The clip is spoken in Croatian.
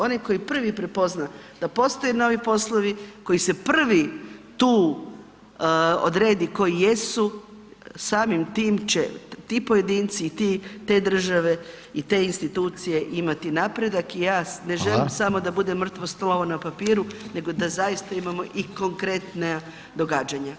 Onaj koji prvi prepozna da postoje novi poslovi, koji se prvi tu odredi koji jesu, samim tim će i pojedinci i te države i te institucije imati napredak i ja ne želim samo da bude mrtvo slovo na papiru nego da zaista imamo i konkretna događanja.